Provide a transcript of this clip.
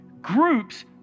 Groups